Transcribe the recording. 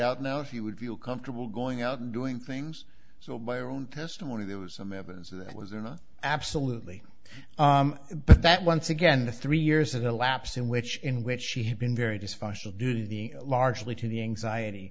out now if you would feel comfortable going out and doing things so my own testimony there was some evidence that was in the absolutely but that once again the three years of the lapse in which in which she had been very dysfunctional due to the largely to the anxiety